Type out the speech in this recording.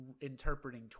interpreting